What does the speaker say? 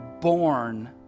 born